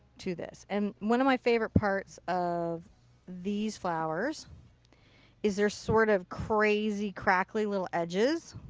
to this. and one of my favorite parts of these flowers is there sort of crazy crackly little edges.